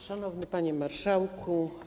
Szanowny Panie Marszałku!